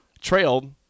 trailed